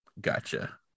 gotcha